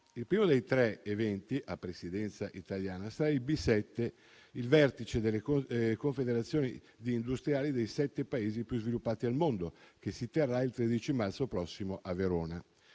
Il primo dei tre eventi a presidenza italiana sarà il B7, il vertice delle confederazioni di industriali dei sette Paesi più sviluppati al mondo, che si terrà il 13 marzo prossimo a Verona.